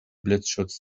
blitzschutz